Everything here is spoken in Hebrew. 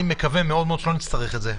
אני מקווה מאוד-מאוד שלא נצטרך את זה,